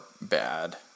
bad